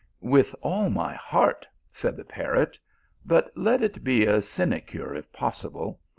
with all my heart, said the parrot but let it be a sinecure if possible,